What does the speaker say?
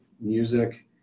music